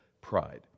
pride